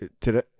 today